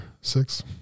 six